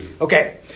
Okay